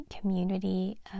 community